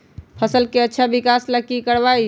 फसल के अच्छा विकास ला की करवाई?